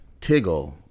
tiggle